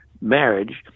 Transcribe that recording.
marriage